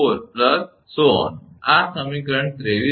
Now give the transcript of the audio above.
𝑊𝐿2𝐻4 ⋯ આ સમીકરણ 23 છે